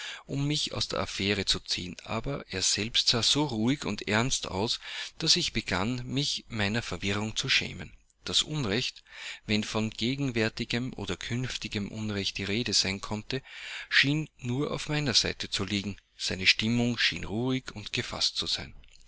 um mich aus der affaire zu ziehen aber er selbst sah so ruhig und ernst aus daß ich begann mich meiner verwirrung zu schämen das unrecht wenn von gegenwärtigem oder künftigem unrecht die rede sein konnte schien nur auf meiner seite zu liegen seine stimmung schien ruhig und gefaßt zu sein